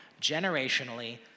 generationally